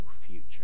future